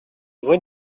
rue